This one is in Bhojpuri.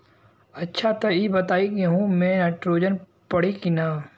अच्छा त ई बताईं गेहूँ मे नाइट्रोजन पड़ी कि ना?